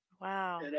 wow